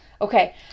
Okay